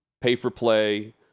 pay-for-play